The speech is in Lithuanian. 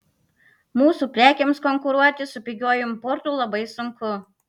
mūsų prekėms konkuruoti su pigiuoju importu labai sunku